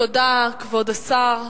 תודה, כבוד השר.